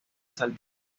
salta